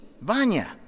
Vanya